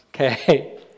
Okay